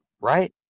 Right